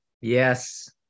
Yes